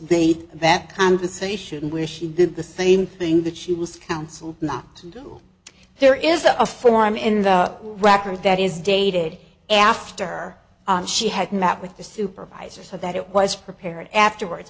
date that conversation where she did the same thing that she was counseled not to do there is a form in the record that is dated after she had met with the supervisor so that it was prepared afterwards